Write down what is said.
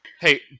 hey